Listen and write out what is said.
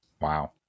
Wow